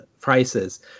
prices